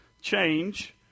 change